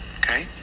okay